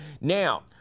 Now